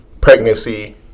pregnancy